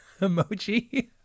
emoji